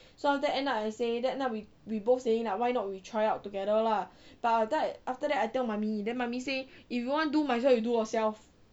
so after that end up I say end up we we both saying why not we try out together lah but after that I tell mummy then mummy say if you want to do might as well you do yourself